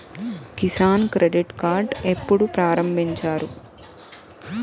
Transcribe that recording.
Kisan credit card ఎప్పుడు ప్రారంభించారు?